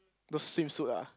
those swimsuit ah